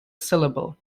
syllable